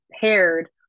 paired